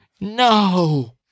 No